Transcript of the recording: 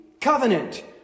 Covenant